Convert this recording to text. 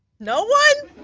no one?